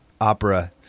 opera